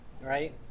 right